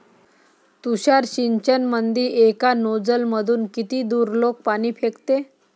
तुषार सिंचनमंदी एका नोजल मधून किती दुरलोक पाणी फेकते?